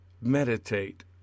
meditate